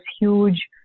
huge